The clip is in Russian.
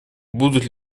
будут